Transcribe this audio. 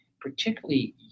particularly